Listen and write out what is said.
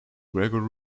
gregor